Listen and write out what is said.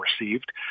received